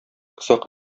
озак